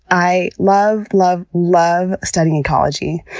i love, love, love studying ecology.